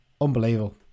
Unbelievable